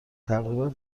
تقریبا